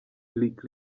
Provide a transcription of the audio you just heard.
lick